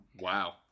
Wow